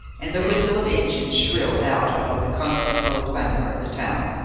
and the whistle of engines shrilled out above the constant low clamour of the town.